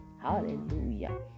Hallelujah